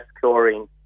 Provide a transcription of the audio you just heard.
chlorine